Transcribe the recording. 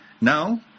Now